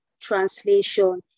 translation